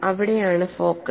അവിടെയാണ് ഫോക്കസ്